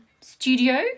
studio